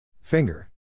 Finger